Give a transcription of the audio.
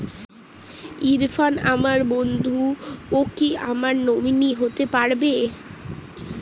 ইরফান আমার বন্ধু ও কি আমার নমিনি হতে পারবে?